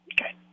Okay